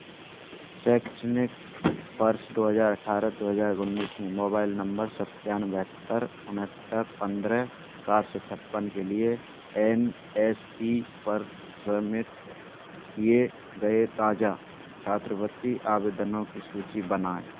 शैक्षणिक वर्ष दो हज़ार अठारह दो हज़ार उन्नीस में मोबाइल नंबर स्त्यान बहत्तर उनहत्तर पंद्रह सात सौ छप्पन के लिए एन एस पी पर सबमिट किए गए ताज़ा छात्रवृत्ति आवेदनों की सूची बनाएँ